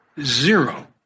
zero